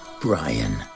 Brian